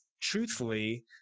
truthfully